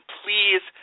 please